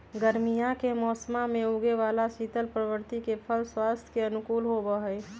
गर्मीया के मौसम्मा में उगे वाला शीतल प्रवृत्ति के फल स्वास्थ्य के अनुकूल होबा हई